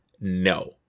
no